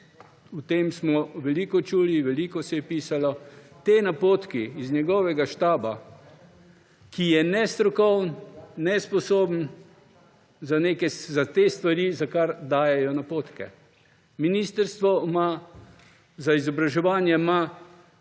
O tem smo veliko slišali, veliko se je pisalo. Ti napotki iz njegovega štaba, ki je nestrokoven, nesposoben za stvari, za katere dajejo napotke. Ministrstvo za izobraževanje ima